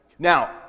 Now